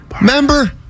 Remember